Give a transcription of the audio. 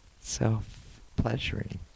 self-pleasuring